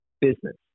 business